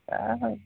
दा